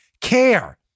care